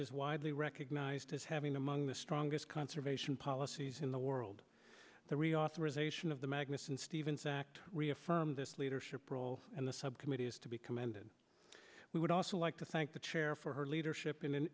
is widely recognized as having among the strongest conservation policies in the world the reauthorization of the magnuson stevens act reaffirmed this leadership role and the subcommittee is to be commended we would also like to thank the chair for her leadership in